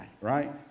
right